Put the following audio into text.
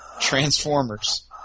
Transformers